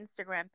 Instagram